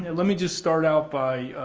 and let me just start out by,